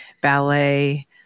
ballet